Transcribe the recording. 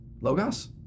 Logos